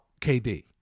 KD